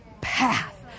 path